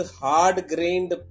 hard-grained